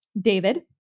David